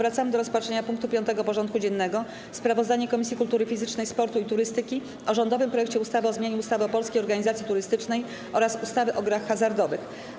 Powracamy do rozpatrzenia punktu 5. porządku dziennego: Sprawozdanie Komisji Kultury Fizycznej, Sportu i Turystyki o rządowym projekcie ustawy o zmianie ustawy o Polskiej Organizacji Turystycznej oraz ustawy o grach hazardowych.